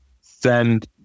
send